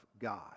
God